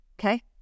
Okay